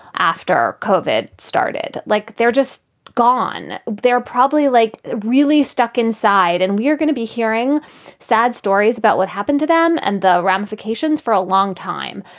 after kov, it started like they're just gone. they're probably, like, really stuck inside. and we're gonna be hearing sad stories about what happened to them and the ramifications for a long time.